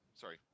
sorry